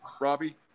Robbie